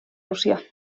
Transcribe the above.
rússia